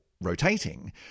rotating